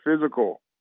physical